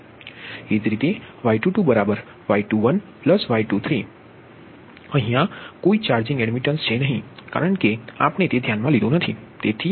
એ જ રીતે Y22y21y23 કોઈ ચાર્જિંગ એડમિટન્સ છે નહીં કારણ કે અમે તે ધ્યાનમાં લીધું નથી